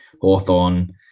Hawthorne